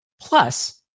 Plus